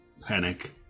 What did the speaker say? panic